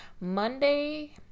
Monday